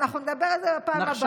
אנחנו נדבר על זה בפעם הבאה.